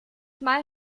mal